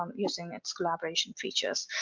using its collaboration features.